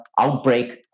outbreak